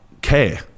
care